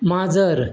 माजर